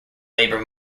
labour